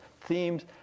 themes